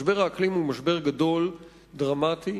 משבר האקלים הוא משבר גדול, דרמטי,